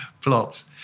plots